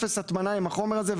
אפס הטמנה עם החומר הזה.